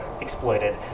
exploited